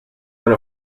one